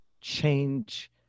change